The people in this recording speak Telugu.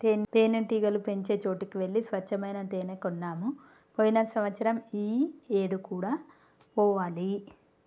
తేనెటీగలు పెంచే చోటికి వెళ్లి స్వచ్చమైన తేనే కొన్నాము పోయిన సంవత్సరం ఈ ఏడు కూడా పోవాలి